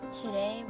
Today